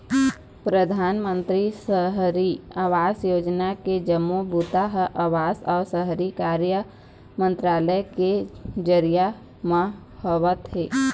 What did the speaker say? परधानमंतरी सहरी आवास योजना के जम्मो बूता ह आवास अउ शहरी कार्य मंतरालय के जरिए म होवत हे